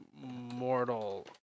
Mortal